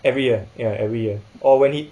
every year ya every year or when he